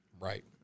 Right